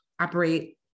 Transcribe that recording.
operate